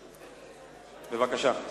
בבקשה.